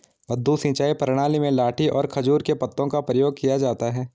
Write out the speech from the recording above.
मद्दू सिंचाई प्रणाली में लाठी और खजूर के पत्तों का प्रयोग किया जाता है